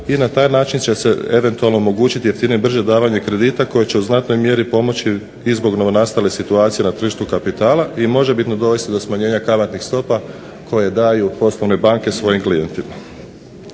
i na taj način će se eventualno omogućiti jeftinije i brže davanje kredita koje će u znatnoj mjeri pomoći i zbog novonastale situacije na tržištu kapitala i možebitno dovesti do smanjenja kamatnih stopa koje daju poslovne banke svojim klijentima.